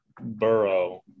Burrow